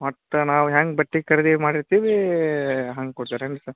ಒಟ್ಟು ನಾವು ಹ್ಯಾಂಗೆ ಬಟ್ಟೆ ಖರೀದಿ ಮಾಡಿರ್ತಿವಿ ಹಂಗೆ ಕೊಡ್ತಾರೇನು ಸರ್